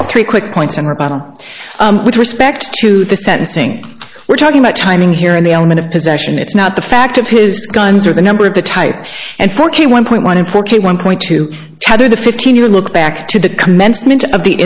the three quick points and with respect to the sentencing we're talking about timing here and the element of possession it's not the fact of his guns or the number of the type and forty one point one in forty one point two tether the fifteen year look back to the commencement of the